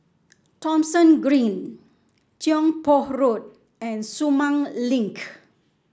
Thomson Green Tiong Poh Road and Sumang Link